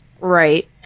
Right